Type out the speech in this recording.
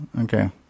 Okay